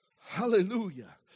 Hallelujah